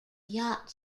yacht